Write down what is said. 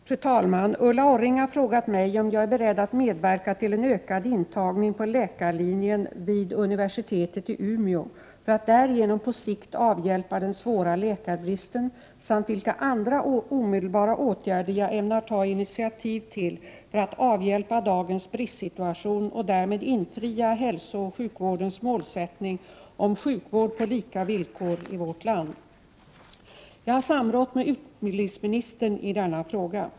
Fru talman! Ulla Orring har frågat mig om jag är beredd att medverka till en ökad intagning på läkarlinjen vid universitetet i Umeå för att därigenom på sikt avhjälpa den svåra läkarbristen samt vilka andra omedelbara åtgärder jag ämnar ta initiativ till för att avhjälpa dagens bristsituation och därmed infria hälsooch sjukvårdens målsättning om sjukvård på lika villkor i vårt land. Jag har samrått med utbildningsministern i denna fråga.